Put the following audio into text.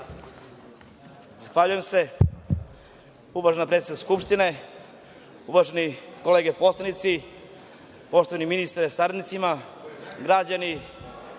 Hvala.